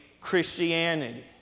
Christianity